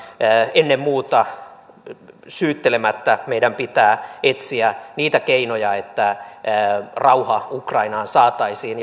ennen muuta syyttelemättä meidän pitää etsiä niitä keinoja että rauha ukrainaan saataisiin